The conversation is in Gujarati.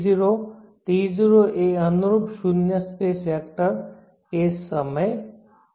T0 T0 એ અનુરૂપ શૂન્ય સ્પેસ વેક્ટર કેસ સમય છે